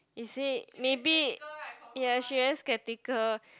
is it maybe ya she very skeptical